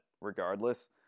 regardless